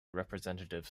representative